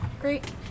Great